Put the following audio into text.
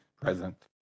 Present